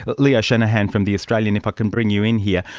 but leo shanahan from the australian, if i could bring you in here,